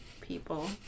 people